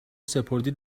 سپردی